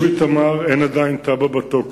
2. בתוך